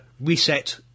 reset